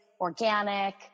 organic